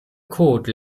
code